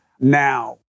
now